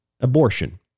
abortion